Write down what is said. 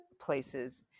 places